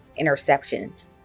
interceptions